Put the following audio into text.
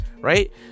right